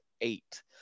eight